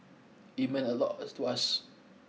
it meant a lot to us